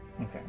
Okay